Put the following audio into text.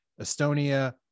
Estonia